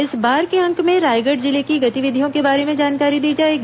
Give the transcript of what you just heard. इस बार के अंक में रायगढ़ जिले की गतिविधियों के बारे में जानकारी दी जाएगी